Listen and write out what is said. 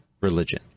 religion